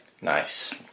Nice